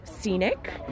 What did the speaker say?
scenic